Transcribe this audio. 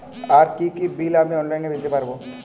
আর কি কি বিল আমি অনলাইনে দিতে পারবো?